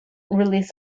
release